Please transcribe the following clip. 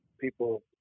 people